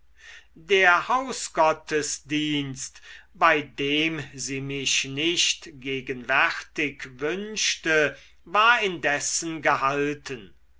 der hausgottesdienst bei dem sie mich nicht gegenwärtig wünschte war indessen gehalten